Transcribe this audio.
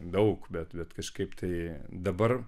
daug bet bet kažkaip tai dabar